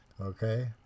Okay